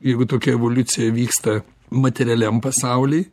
jeigu tokia evoliucija vyksta materialiam pasauly